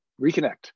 reconnect